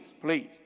please